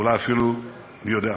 אולי אפילו, מי יודע,